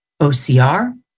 OCR